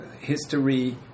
History